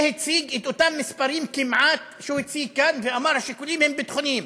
והציג את אותם מספרים כמעט שהוא הציג כאן ואמר: השיקולים הם ביטחוניים.